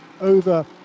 over